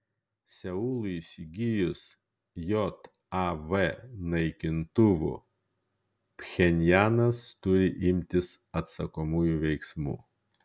seului įsigijus jav naikintuvų pchenjanas turi imtis atsakomųjų veiksmų